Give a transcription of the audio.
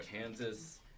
Kansas